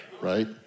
Right